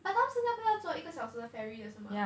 but 那个是要坐一个小时的 ferry 的是 mah